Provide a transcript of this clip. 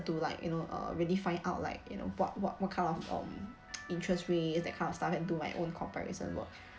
to like you know uh really find out like you know what what what kind of um interest rates that kind of stuff and do my own comparison work